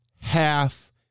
half